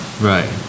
Right